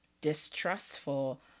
distrustful